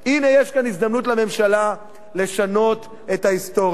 הנה, יש כאן הזדמנות לממשלה לשנות את ההיסטוריה.